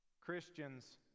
Christians